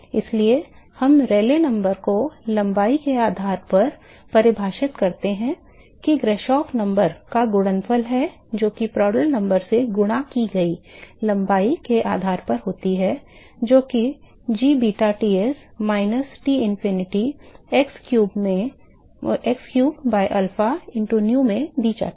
इसलिए हम रेले संख्या को लंबाई के आधार पर परिभाषित करते हैं जो कि ग्राशॉफ संख्या का गुणनफल है जो कि प्रांड्टल संख्या से गुणा की गई लंबाई के आधार पर होती है और जो कि g beta Ts minus Tinfinity x cube by alpha into nu में दी जाती है